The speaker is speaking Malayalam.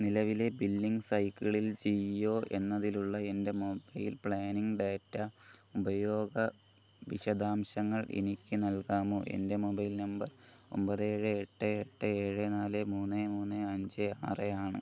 നിലവിലെ ബില്ലിംഗ് സൈക്കിളിൽ ജിയോ എന്നതിലുള്ള എൻ്റെ മൊബൈൽ പ്ലാനിംഗ് ഡാറ്റ ഉപയോഗ വിശദാംശങ്ങൾ എനിക്ക് നൽകാമോ എൻ്റെ മൊബൈൽ നമ്പർ ഒമ്പത് ഏഴ് എട്ട് എട്ട് ഏഴ് നാല് മൂന്ന് മൂന്ന് അഞ്ച് ആറ് ആണ്